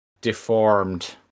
deformed